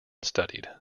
studied